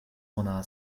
bona